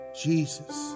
Jesus